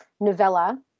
novella